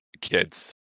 kids